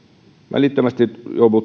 välittömästi